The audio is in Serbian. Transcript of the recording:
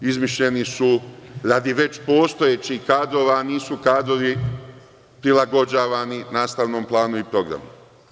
Izmišljeni su radi već postojećih kadrova, a nisu kadrovi prilagođavani nastavnom planu i programu.